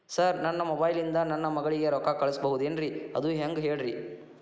sir ನನ್ನ mobile ಇಂದ ನನ್ನ ಮಗಳಿಗೆ ರೊಕ್ಕಾ ಕಳಿಸಬಹುದೇನ್ರಿ ಅದು ಹೆಂಗ್ ಹೇಳ್ರಿ